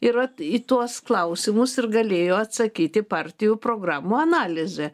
ir vat į tuos klausimus ir galėjo atsakyti partijų programų analizė